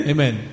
Amen